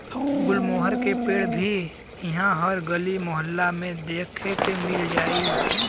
गुलमोहर के पेड़ भी इहा हर गली मोहल्ला में देखे के मिल जाई